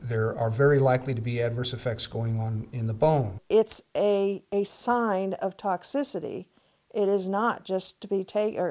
there are very likely to be adverse effects going on in the bone it's a a sign of toxicity it is not just to be taken or